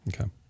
okay